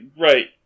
right